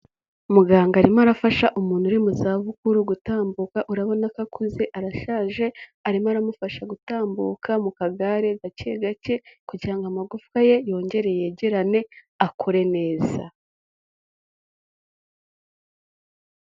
Muganga arimo arafasha umuntu uri mu zabukuru uri gutambuka, urabona ko akuze, arashaje, arimo aramufasha gutambuka mu kagare gake gake kugira ngo amagufwa ye yongere yegerane akore neza.